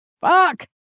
fuck